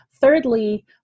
Thirdly